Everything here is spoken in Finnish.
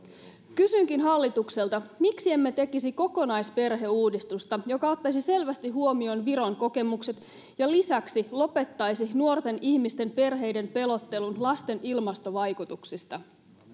kysynkin hallitukselta miksi emme tekisi kokonaisperheuudistusta joka ottaisi selvästi huomioon viron kokemukset ja lisäksi lopettaisi nuorten ihmisten perheiden pelottelun lasten ilmastovaikutuksilla